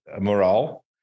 morale